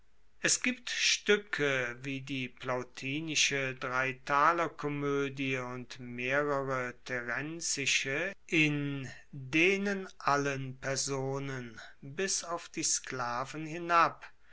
es gibt stuecke wie die plautinische dreitalerkomoedie und mehrere terenzische in denen allen personen bis auf die sklaven hinab